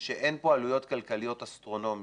שאין פה עלויות כלכליות אסטרונומיות,